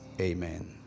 amen